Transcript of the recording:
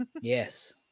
Yes